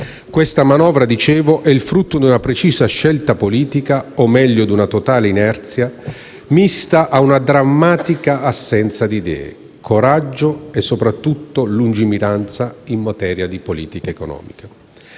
Questa manovra, dicevo, è il frutto di una precisa scelta politica o, meglio, di una totale inerzia, mista a una drammatica assenza di idee, coraggio e soprattutto lungimiranza in materia di politica economica.